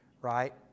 right